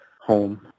home